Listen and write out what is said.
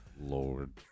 Lord